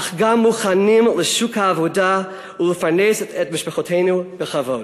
אך גם מוכנים לשוק העבודה ולפרנס את משפחותינו בכבוד.